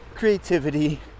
creativity